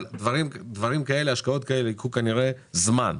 אבל השקעות כאלה ייקחו כנראה זמן.